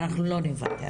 אנחנו לא נוותר.